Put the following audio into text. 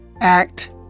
Act